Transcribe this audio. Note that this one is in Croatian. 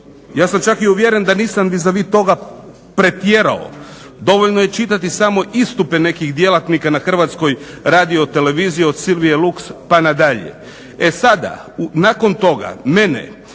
Ja sam čak uvjeren da nisam vis a vis toga pretjerao, dovoljno je čitati samo istupe nekih djelatnika na HRT-i od Silvije Luks pa nadalje. E sada nakon toga mene